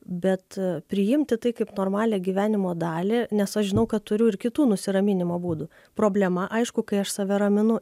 bet priimti tai kaip normalią gyvenimo dalį nes aš žinau kad turiu ir kitų nusiraminimo būdų problema aišku kai aš save raminu